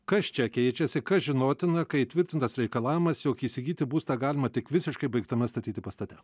kas čia keičiasi kas žinotina ką įtvirtintas reikalavimas jog įsigyti būstą galima tik visiškai baigtame statyti pastate